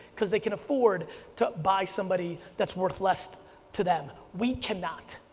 because they can afford to buy somebody that's worth less to them. we cannot.